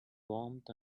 warmth